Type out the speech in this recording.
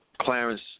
Clarence